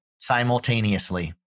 simultaneously